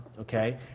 Okay